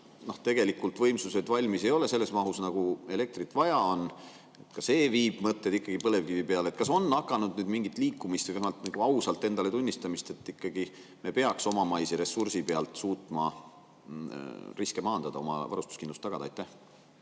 tegelikult võimsusi valmis ei ole selles mahus, nagu elektrit vaja on. Ka see viib mõtted ikkagi põlevkivi peale. Kas on hakanud mingi liikumine? Kas on nagu ausalt endale tunnistatud, et me peaks omamaise ressursi abil suutma riske maandada, oma varustuskindluse tagada? Aitäh,